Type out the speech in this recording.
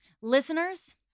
Listeners